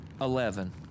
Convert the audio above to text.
Eleven